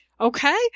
Okay